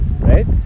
Right